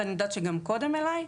אבל אני יודעת שגם קודם אליי.